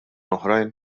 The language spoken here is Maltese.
oħrajn